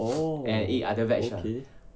orh okay